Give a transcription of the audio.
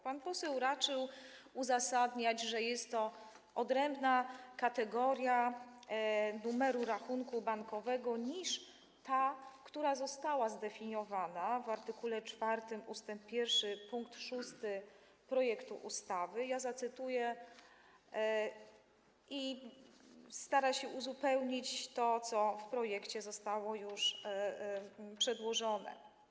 Pan poseł raczył uzasadniać, że jest to odrębna kategoria numeru rachunku bankowego niż ta, która została zdefiniowana w art. 4 ust. 1 pkt 6 projektu ustawy, i starał się uzupełnić to, co w projekcie zostało już przedłożone.